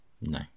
no